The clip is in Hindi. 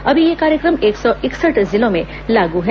अभी यह कार्यक्रम एक सौ इकसठ जिलों में लागू है